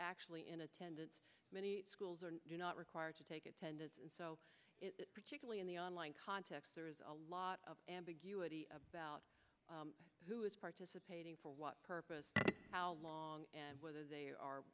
actually in attendance many schools are not required to take attendance and so particularly in the online context there is a lot of ambiguity about who is participating for what purpose how long and whether they are